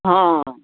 हँ